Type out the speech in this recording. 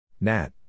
Nat